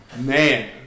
Man